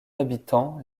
d’habitants